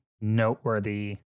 noteworthy